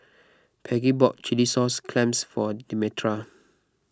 Peggie bought Chilli Sauce Clams for Demetra